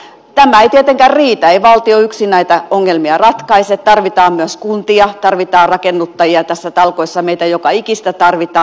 tämä ei tietenkään riitä ei valtio yksin näitä ongelmia ratkaise tarvitaan myös kuntia tarvitaan rakennuttajia näissä talkoissa meitä joka ikistä tarvitaan